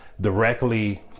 directly